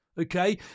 okay